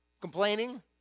complaining